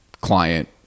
client